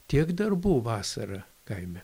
tiek darbų vasarą kaime